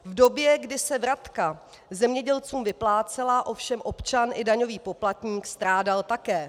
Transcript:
V době, kdy se vratka zemědělcům vyplácela, ovšem občan i daňový poplatník strádal také.